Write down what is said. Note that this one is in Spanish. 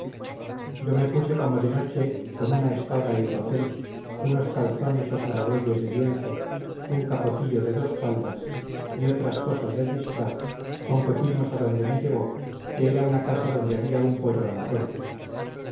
yo me puse como de noche con una espada y broquel unos calzones o zaragüelles de lienzo un capotillo de dos faldas y otras cosas de disfraz con que fuimos adonde me llevó que era una casa donde había un poyo a la puerta